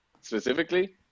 specifically